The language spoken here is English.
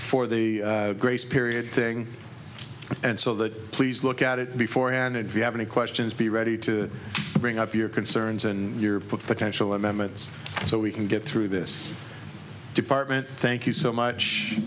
for the grace period thing and so that please look at it before and if you have any questions be ready to bring up your concerns and your potential amendments so we can get through this department thank you so much